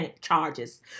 charges